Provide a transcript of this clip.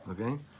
okay